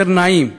נעים יותר,